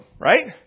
right